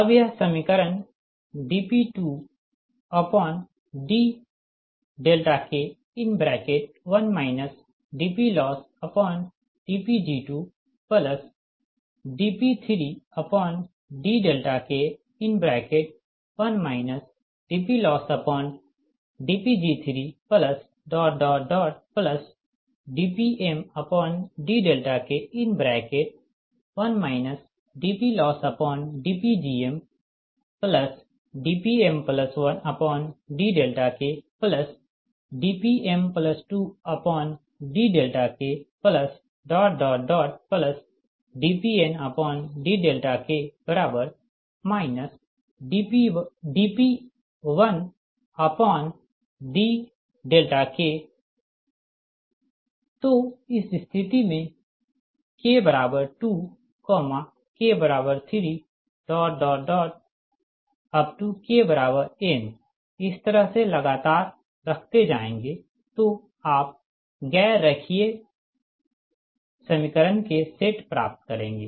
अब यह समीकरण dP2dK1 dPLossdPg2dP3dK1 dPLossdPg3dPmdK1 dPLossdPgmdPm1dKdPm2dKdPndK dP1dKतो इस स्थिति में k2k3kn इस तरह से लगातार रखते जाएंगे तो आप गैर रेखीय समीकरण के सेट प्राप्त करेंगे